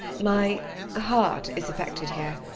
my heart is affected here,